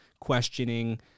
questioning